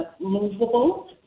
movable